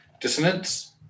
Dissonance